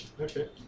Okay